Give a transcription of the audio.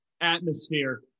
atmosphere